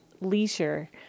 leisure